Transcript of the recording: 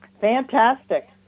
Fantastic